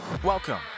welcome